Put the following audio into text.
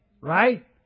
Right